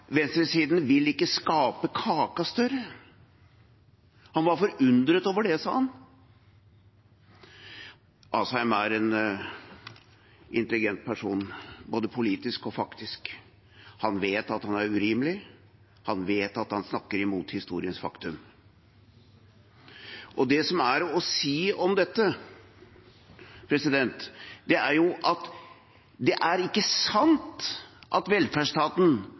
venstresiden ikke vil skape kaken større. Han var forundret over det, sa han. Asheim er en intelligent person, både politisk og faktisk. Han vet at han er urimelig. Han vet at han snakker mot historiens faktum. Det som er å si om dette, er at det er ikke sant at velferdsstaten